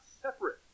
separate